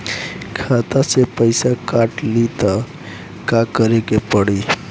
खाता से पैसा काट ली त का करे के पड़ी?